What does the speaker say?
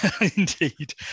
indeed